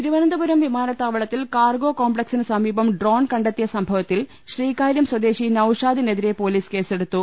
തിരുവനന്തപുരം വിമാനത്താവളത്തിൽ കാർഗോ കോംപ്ലക്സിന് സമീപം ഡ്രോൺ കണ്ടെത്തിയ സംഭവത്തിൽ ശ്രീകാര്യം സ്വദേശി നൌഷാദിനെതിരെ പൊലീസ് കേസെടുത്തു